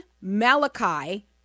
Malachi